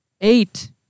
Eight